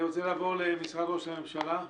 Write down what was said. אני מבקש לעבור למשרד ראש הממשלה.